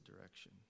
direction